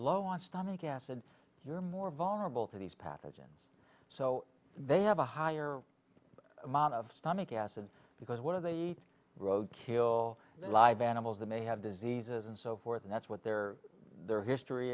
low on stomach acid you're more vulnerable to these pathogens so they have a higher amount of stomach acid because one of the road kill live animals that may have diseases and so forth and that's what their their history